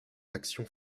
l’action